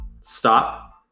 Stop